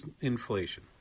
inflation